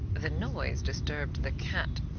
the noise disturbed the cat,